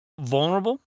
vulnerable